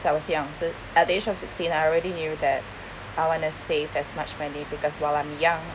since I was young so at age of sixteen I already knew that I want to save as much money because while I'm young